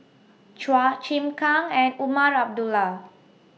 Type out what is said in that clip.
Chua Chim Kang and Umar Abdullah